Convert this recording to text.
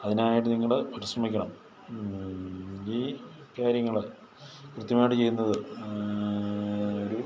അതിനായിട്ട് നിങ്ങൾ പരിശ്രമിക്കണം ഈ കാര്യങ്ങൾ കൃത്യമായിട്ട് ചെയ്യുന്നത് ഒരു